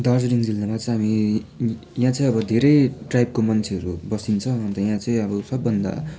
दार्जिलिङ जिल्लामा चाहिँ हामी यहाँ चाहिँ अब धेरै टाइपको मान्छेरू बसिन्छ अन्त यहाँ चाहिँ अब सबभन्दा